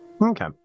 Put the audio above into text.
Okay